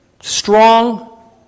strong